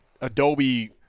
Adobe